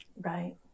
Right